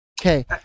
Okay